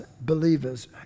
believers